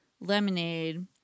lemonade